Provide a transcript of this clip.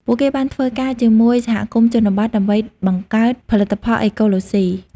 ពួកគេបានធ្វើការជាមួយសហគមន៍ជនបទ ដើម្បីបង្កើតផលិតផលអេកូឡូសុី។